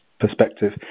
perspective